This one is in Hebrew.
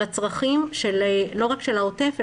לצרכים לא רק של העוטף,